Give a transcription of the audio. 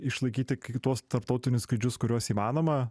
išlaikyti tuos tarptautinius skrydžius kuriuos įmanoma